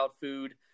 food